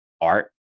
art